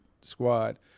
squad